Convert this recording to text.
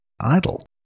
Idle